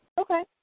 Okay